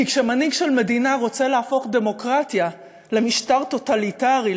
כי כשמנהיג של מדינה רוצה להפוך דמוקרטיה למשטר טוטליטרי,